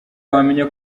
wamenya